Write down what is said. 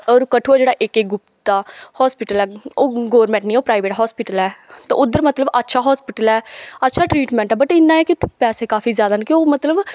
होर कठुआ जेह्ड़ा ऐ के गुप्ता हास्पिटल ऐ ओह् गौरमेंट नेईं ऐ ओह् प्राइवेट हास्पिटल ऐ ते उद्धर मतलब अच्छा हास्पिटल ऐ अच्छा ट्रीटमेंट ऐ बट इ'न्ना ऐ कि उत्थे पैसे काफी ज्यादा न कि ओह् मतलब